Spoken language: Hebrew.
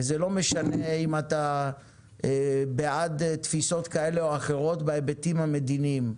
וזה לא משנה אם אתה בעד תפיסות כאלה ואחרות בהיבטים המדיניים,